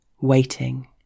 waiting